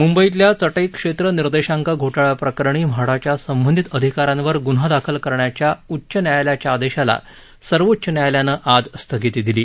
मुंबईतल्या चटईक्षेत्र निर्देशांक घोटाळ्याप्रकरणी म्हाडाच्या संबंधित अधिका यांवर गुन्हा दाखल करण्याच्या उच्च न्यायालयाच्या आदेशाला सर्वोच्च न्यायालयानं आज स्थगिती दिली